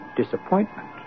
disappointment